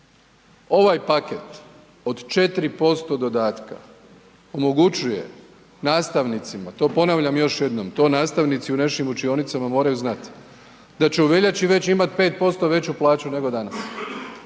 Ovaj paket od 4% dodatka omogućuje nastavnicima, to ponavljam još jednom, to nastavnici u našim učionicama moraju znat, da će u veljači već imat 5% veću plaću nego danas,